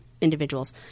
individuals